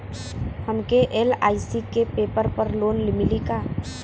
हमके एल.आई.सी के पेपर पर लोन मिली का?